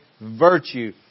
virtue